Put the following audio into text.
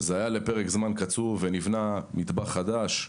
זה היה לפרק זמן קצוב ונבנה מטבח חדש.